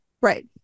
Right